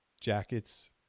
jackets